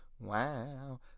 Wow